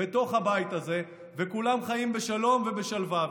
בתוך הבית הזה, וכולם חיים בשלום ובשלווה.